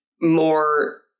more